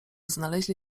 znaleźli